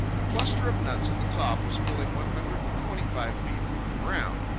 the cluster of nuts at the top was fully one hundred and twenty-five feet from the ground,